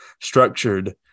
structured